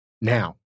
now